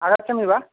आगच्छामि वा